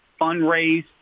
fundraise